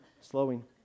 slowing